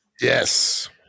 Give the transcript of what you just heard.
Yes